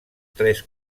tres